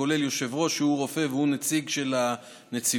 וכולל יו"ר שהוא רופא והוא הנציג של הנציבות,